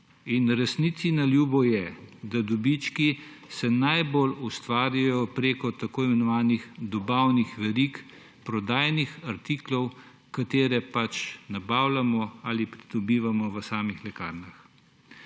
resnici na ljubo je, da se dobički najbolj ustvarijo preko tako imenovanih dobavnih verig prodajnih artiklov, katere pač nabavljamo ali dobivamo v samih lekarnah.